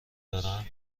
دارم